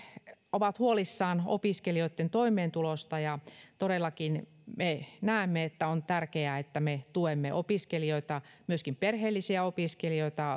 ovat huolissaan opiskelijoitten toimeentulosta ja todellakin me näemme että on tärkeää että me tuemme opiskelijoita myöskin perheellisiä opiskelijoita